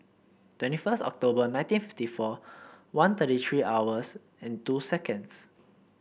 twenty first October nineteen fifty four one thirty three hours and two seconds